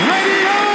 Radio